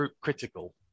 critical